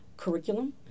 curriculum